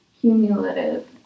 cumulative